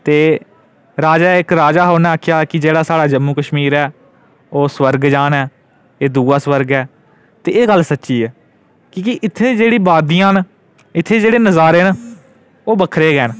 ते राजा हा उन्नै आखेआ हा कि जेह्ड़ा साढ़ा जम्मू कश्मीर ऐ ओह् स्वर्ग जन ऐ एह् दूआ स्वर्ग ऐ ते एह् गल्ल सच्ची ऐ कि जे इत्थै जेह्ड़ी बादियां न जेह्ड़े नजारे न ओह् बक्खरे गै न